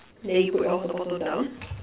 then you put the bottle down